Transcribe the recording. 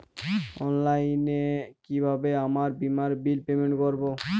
অনলাইনে কিভাবে আমার বীমার বিল পেমেন্ট করবো?